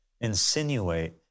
insinuate